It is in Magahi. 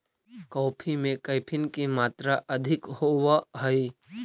कॉफी में कैफीन की मात्रा अधिक होवअ हई